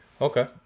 Okay